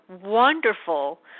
wonderful